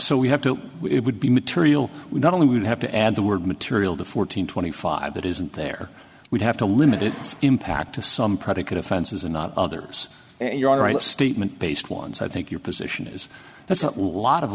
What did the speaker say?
so we have to it would be material we not only would have to add the word material to fourteen twenty five that isn't there we'd have to limit its impact to some predicate offenses and not others and you're right a statement based ones i think your position is that's a lot of